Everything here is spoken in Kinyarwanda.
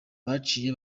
baciye